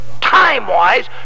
time-wise